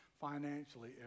financially